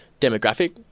demographic